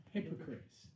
Hypocrites